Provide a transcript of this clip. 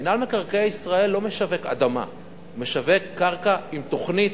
מינהל מקרקעי ישראל לא משווק אדמה אלא קרקע עם תוכנית,